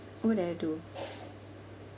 what I do